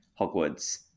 Hogwarts